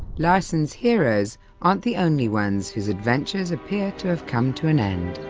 larsson's heroes aren't the only ones whose adventures appear to have come to an end.